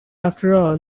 after